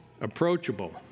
approachable